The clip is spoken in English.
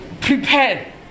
prepare